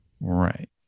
Right